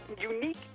unique